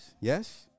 yes